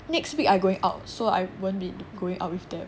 next week I going out so I won't be going out with them